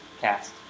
cast